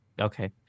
Okay